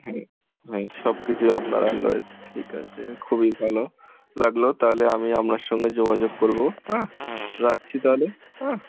হ্যাঁ হ্যাঁ সব কিছুই আপনার আন্ডারে ঠিক আছে খুবই ভালো লাগলো তাহলে আমি আপনার সঙ্গে যোগাযোগ করবো হ্যাঁ রাখছি তাহলে হ্যাঁ